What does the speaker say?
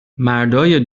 مردای